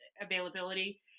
availability